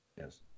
Yes